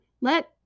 let